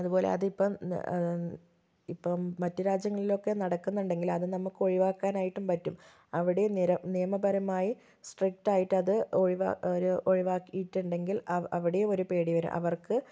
അതുപോലെ അതിപ്പം ഇപ്പം മറ്റു രാജ്യങ്ങളിലൊക്കെ നടക്കുന്നുണ്ടെങ്കിൽ അത് നമുക്ക് ഒഴിവാക്കാനായിട്ടും പറ്റും അവിടെ നിര നിയമപരമായി സ്ട്രിക്ട് ആയിട്ട് അത് ഒഴിവാ ഒരു ഒഴിവാക്കിയിട്ടുണ്ടെങ്കിൽ അവ അവിടെയും ഒരു പേടി വരാൻ അവർക്ക്